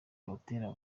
butera